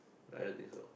I don't think so